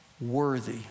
worthy